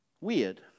Weird